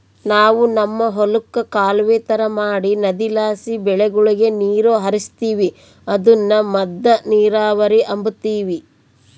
ನಾವು ನಮ್ ಹೊಲುಕ್ಕ ಕಾಲುವೆ ತರ ಮಾಡಿ ನದಿಲಾಸಿ ಬೆಳೆಗುಳಗೆ ನೀರು ಹರಿಸ್ತೀವಿ ಅದುನ್ನ ಮದ್ದ ನೀರಾವರಿ ಅಂಬತೀವಿ